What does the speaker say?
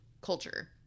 culture